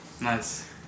Nice